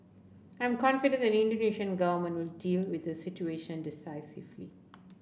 I am confident the Indonesian Government will deal with the situation decisively